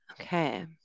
Okay